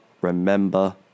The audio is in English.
remember